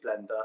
blender